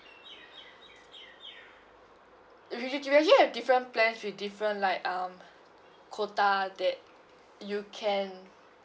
we actually have different plans with different like um quota that you can